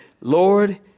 Lord